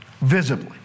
visibly